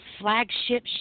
flagship